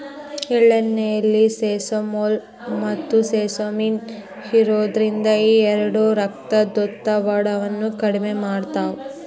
ಎಳ್ಳೆಣ್ಣೆಯಲ್ಲಿ ಸೆಸಮೋಲ್, ಮತ್ತುಸೆಸಮಿನ್ ಇರೋದ್ರಿಂದ ಈ ಎರಡು ರಕ್ತದೊತ್ತಡವನ್ನ ಕಡಿಮೆ ಮಾಡ್ತಾವ